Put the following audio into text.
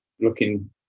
looking